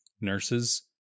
nurses